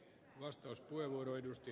arvoisa herra puhemies